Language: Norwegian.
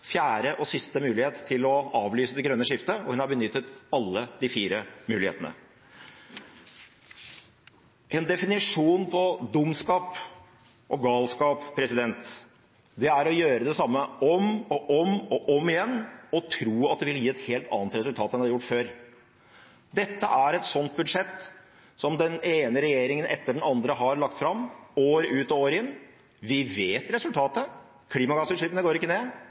fjerde og siste mulighet til å avlyse det grønne skiftet, og hun har benyttet alle de fire mulighetene. En definisjon av dumskap og galskap er å gjøre det samme om og om og om igjen og tro at det vil gi et helt annet resultat enn det har gjort før. Dette er et sånt budsjett som den ene regjeringen etter den andre har lagt fram, år ut og år inn. Vi vet hva som er resultatet. Klimagassutslippene går ikke ned.